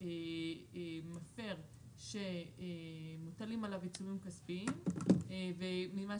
מפר שמוטלים עליו עיצומים כספיים וממה